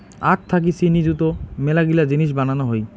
আখ থাকি চিনি যুত মেলাগিলা জিনিস বানানো হই